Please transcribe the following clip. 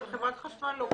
של חברת החשמל לא קיבלתי.